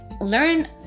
learn